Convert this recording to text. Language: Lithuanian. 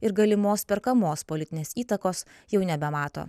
ir galimos perkamos politinės įtakos jau nebemato